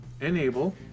enable